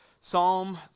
Psalm